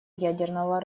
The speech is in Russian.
ядерного